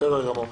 בסדר גמור.